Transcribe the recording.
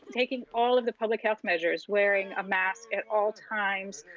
taking all of the public health measures, wearing a mask at all times,